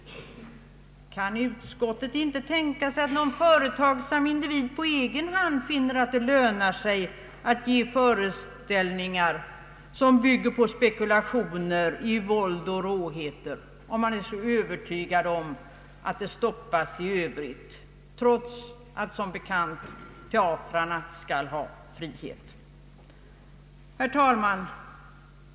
Kan utskottet inte tänka sig att någon företagsam individ på egen hand finner att det lönar sig att ge föreställningar som bygger på spekulation i våld och råheter, när nu utskottet är så övertygat om att sådant stoppas i Övrigt trots att som bekant teatrarna skall ha frihet? Herr talman!